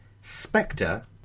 Spectre